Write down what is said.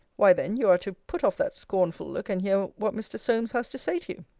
why then, you are to put off that scornful look, and hear what mr. solmes has to say to you.